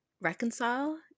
reconcile